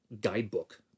guidebook